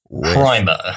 Primer